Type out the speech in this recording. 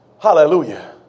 Hallelujah